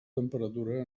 temperatura